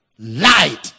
Light